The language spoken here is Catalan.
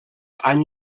han